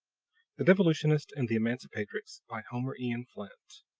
the devolutionist and the emancipatrix by homer eon flint